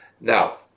Now